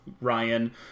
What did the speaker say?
Ryan